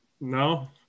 No